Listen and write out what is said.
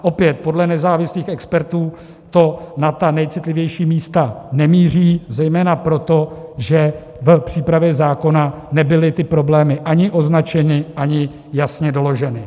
Opět, podle nezávislých expertů to na ta nejcitlivější místa nemíří zejména proto, že v přípravě zákona nebyly ty problémy ani označeny, ani jasně doloženy.